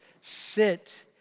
sit